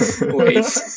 Wait